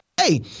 hey